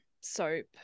soap